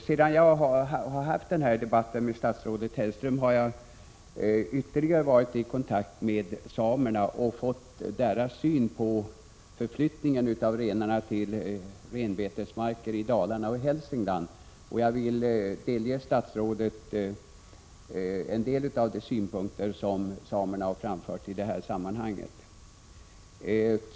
Sedan jag haft den debatten med statsrådet Hellström har jag haft ytterligare kontakter med samerna och fått deras syn på förflyttningen av renarna till renbetesmarker i Dalarna och Hälsingland. Jag vill delge statsrådet en del av de synpunkter som samerna i det sammanhanget framfört.